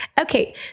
Okay